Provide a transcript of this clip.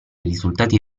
risultati